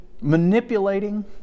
manipulating